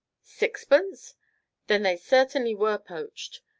sixpence then they certainly were poached.